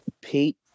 Pete